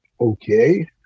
okay